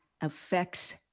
affects